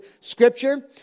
scripture